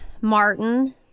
Martin